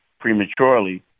prematurely